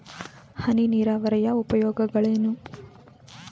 ಹನಿ ನೀರಾವರಿಯ ಉಪಯೋಗಗಳೇನು?